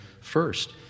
first